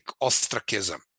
ostracism